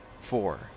Four